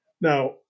Now